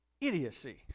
Idiocy